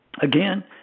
again